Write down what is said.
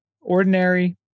ordinary